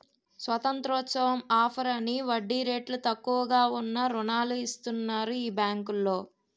స్వతంత్రోత్సవం offer అని వడ్డీ రేట్లు తక్కువగా ఉన్న రుణాలు ఇస్తన్నారు ఈ బేంకులో